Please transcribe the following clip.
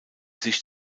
sich